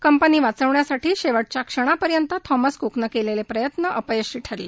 company वाचवण्यासाठी शेवटच्या क्षणापर्यंत थॉमस कुकनं केलेलं प्रयत्न अपयशी ठरले